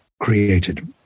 created